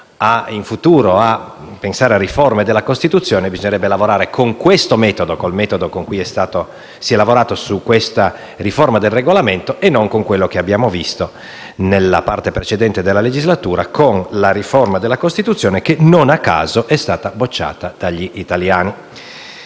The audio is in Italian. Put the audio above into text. di sì - a pensare a riforme della Costituzione, bisognerà lavorare con il metodo con cui si è lavorato su questa riforma del Regolamento e non con quello adottato nella parte precedente della legislatura per la riforma della Costituzione che, non a caso, è stata bocciata dagli italiani.